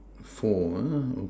four uh okay